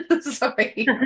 Sorry